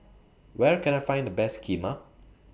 Where Can I Find The Best Kheema